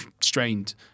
strained